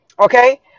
okay